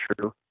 true